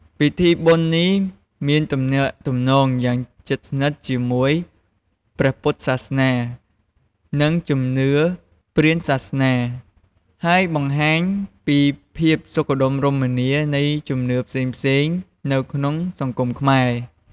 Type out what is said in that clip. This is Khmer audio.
ពិធីបុណ្យនេះមានទំនាក់ទំនងយ៉ាងជិតស្និទ្ធជាមួយព្រះពុទ្ធសាសនា និងជំនឿព្រាហ្មណ៍សាសនា ដែលបង្ហាញពីភាពសុខដុមរមនានៃជំនឿផ្សេងៗនៅក្នុងសង្គមខ្មែរ។